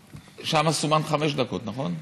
שם סומן חמש דקות, נכון?